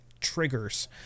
triggers